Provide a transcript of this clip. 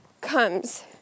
comes